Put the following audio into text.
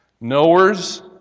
Knowers